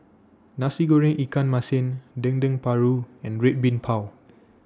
Nasi Goreng Ikan Masin Dendeng Paru and Red Bean Bao